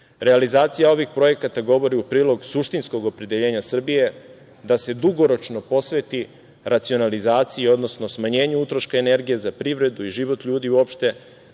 vlasti. Realizacija ovih projekata govori u prilog suštinskog opredeljenja Srbije da se dugoročno posveti racionalizaciji, odnosno smanjenju utroška energije za privredu i život ljudi uopšte,